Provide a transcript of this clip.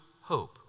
hope